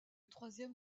troisième